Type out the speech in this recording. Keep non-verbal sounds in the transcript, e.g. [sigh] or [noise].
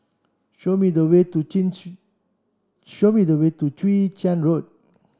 show me the way to [unintelligible] show me the way to Chwee Chian Road